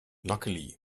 luckily